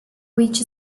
which